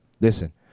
Listen